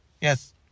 Yes